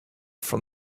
from